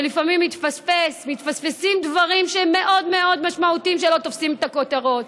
ולפעמים מתפספסים דברים שהם מאוד מאוד משמעותיים שלא תופסים את הכותרות.